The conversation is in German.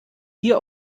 hier